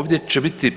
Ovdje će biti